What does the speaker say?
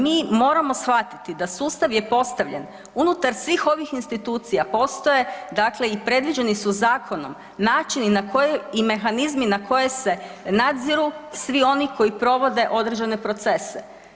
Mi moramo shvatiti da sustav je postavljen, unutar svih ovih institucija postoje, dakle i predviđeni su zakonom načini na koje i mehanizmi na koje se nadziru svi oni koji provode određene procese.